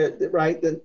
Right